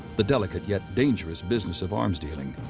the delicate yet dangerous business of arms dealing,